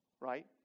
Right